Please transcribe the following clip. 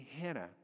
Hannah